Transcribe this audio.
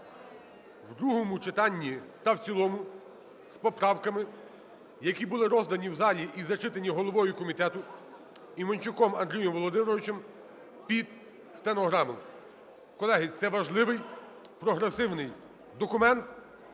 в другому читанні та в цілому з поправками, які були роздані в залі і зачитані головою комітету Іванчуком Андрієм Володимировичем під стенограму. Колеги, це важливий прогресивний документ,